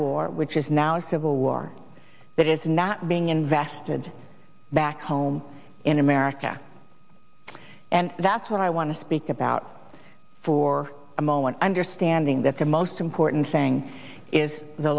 war which is now a civil war that is not being invested back home in america and that's what i want to speak about for a moment understanding that the most important thing is the